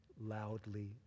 loudly